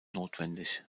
notwendig